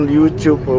YouTube